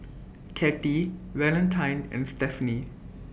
Cathey Valentine and Stephenie